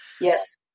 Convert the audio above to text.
Yes